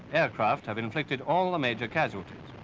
aircraft have inflicted all the major casualties.